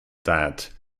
that